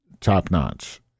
top-notch